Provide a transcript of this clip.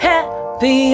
Happy